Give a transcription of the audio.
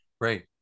Right